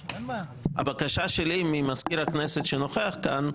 לכן, הבקשה שלי ממזכיר הכנסת שנוכח כאן,